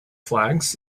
flags